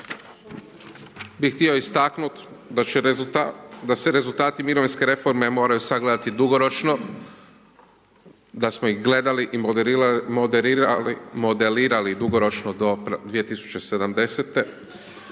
bi htio istaknuti, da se rezultati mirovinske reforme moraju sagledati dugoročno da smo ih gledali i modelirali dugoročno do 2070.